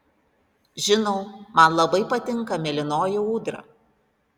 žinau man labai patinka mėlynoji ūdra